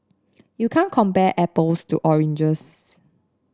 you can't compare apples to oranges